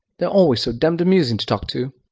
they're always so demmed amusing to talk to.